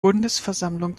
bundesversammlung